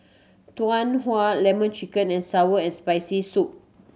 Tau Huay Lemon Chicken and sour and Spicy Soup